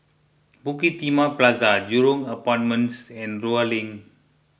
Bukit Timah Plaza Jurong Apartments and Rulang